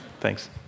thanks